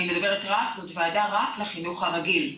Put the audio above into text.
זאת וועדה רק לחינוך הרגיל,